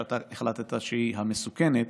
שאתה החלטת שהיא מסוכנת,